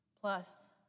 plus